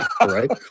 Right